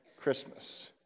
Christmas